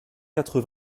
quatre